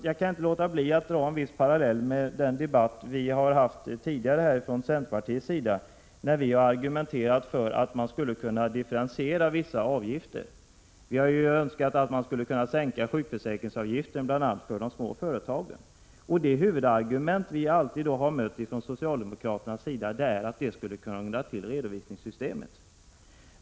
Jag kan inte låta bli att dra en viss parallell med tidigare debatter där vi från centerns sida har argumenterat för en differentiering av vissa sociala avgifter. Vi har önskat att man skulle kunna sänka sjukförsäkringsavgiften bl.a. för de små företagen. Det huvudargument vi då har mött från socialdemokraternas sida är att detta skulle krångla till redovisningssystemet.